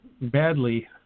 badly